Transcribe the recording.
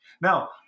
Now